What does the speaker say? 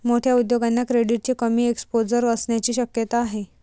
मोठ्या उद्योगांना क्रेडिटचे कमी एक्सपोजर असण्याची शक्यता आहे